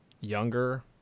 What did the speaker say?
younger